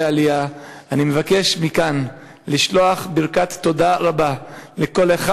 העלייה: אני מבקש מכאן לשלוח ברכת תודה רבה לכל אחד